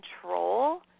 control